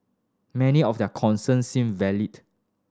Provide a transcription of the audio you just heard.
many of their concerns seemed valid